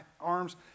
arms